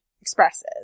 expresses